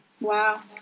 Wow